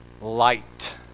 light